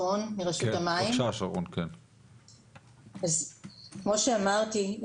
כמו שאמרתי,